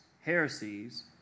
heresies